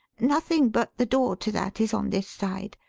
nothing but the door to that is on this side,